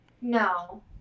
No